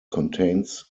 contains